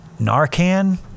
Narcan